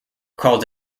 called